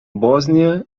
bosnia